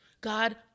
God